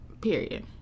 Period